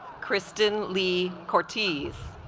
kristen lee cortese